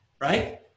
right